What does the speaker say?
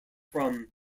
from